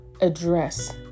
address